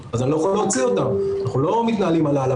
אנחנו מנסים לעשות